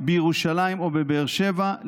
בירושלים או בבאר שבע,